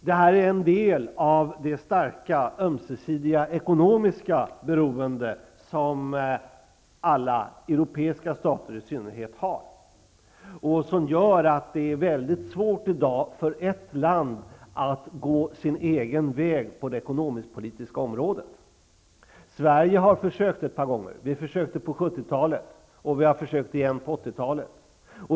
Detta är en del av det starka, ömsesidiga ekonomiska beroende som i synnerhet alla europeiska stater har, och som gör att det i dag är mycket svårt för ett land att gå sin egen väg på det ekonomisk-politiska området. Sverige har försökt ett par gånger. Vi försökte på 70-talet och vi försökte igen på 80-talet.